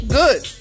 good